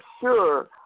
sure